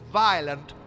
violent